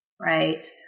Right